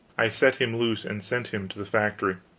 i set him loose and sent him to the factory.